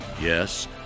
Yes